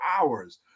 hours